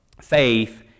faith